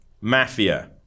Mafia